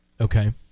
Okay